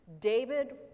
David